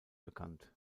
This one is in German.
bekannt